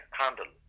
handle